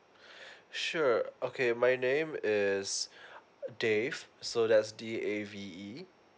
sure okay my name is dave so that's d a v e